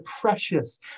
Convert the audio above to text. precious